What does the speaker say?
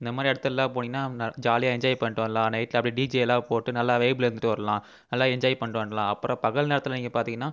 இந்தமாதிரி இடத்துலலாம் போனீங்கனா நான் ஜாலியாக என்ஜாய் பண்ணிகிட்டு வரலாம் நைட்டில் அப்படியே டீஜேல்லா போட்டு நல்லா வைப்பில் இருந்துட்டு வரலாம் நல்லா என்ஜாய் பண்ணிட்டு வரலாம் அப்புறம் பகல் நேரத்தில் நீங்கள் பார்த்தீங்கனா